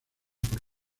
por